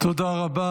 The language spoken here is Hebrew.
תודה רבה.